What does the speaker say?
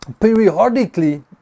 periodically